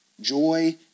joy